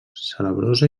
salabrosa